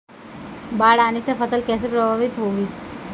बाढ़ आने से फसल कैसे प्रभावित होगी?